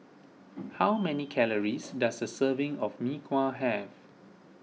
how many calories does a serving of Mee Kuah have